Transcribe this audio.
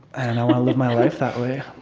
and i want to live my life that way